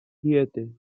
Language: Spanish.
siete